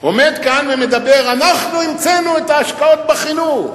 עומד כאן ומדבר: אנחנו המצאנו את ההשקעות בחינוך,